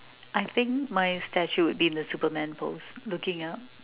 I think my statue would be in the superman pose looking out